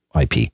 ip